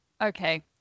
Okay